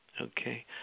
Okay